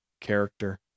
character